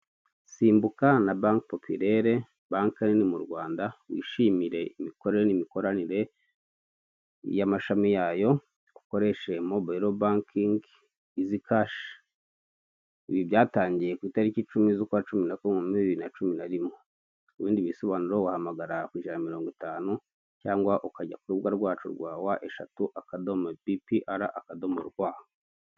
Simbuka na bank popilere banke yo mu Rwanda, wishimire imikorere n'imikoranire y'amashami yayo, ukoreshe mobayilo bankingi, izi kashi ,ibi byatangiye ku itariki icumi z'ukwa cumi nakumwe muri bibiri na cmi na rimwe. Ibindi bisobanuro wahamagara ijana mirongo itanu, cyangwa ukajya ku rubuga rwacu rwa wa eshatu bi pi ara akadomo rwa.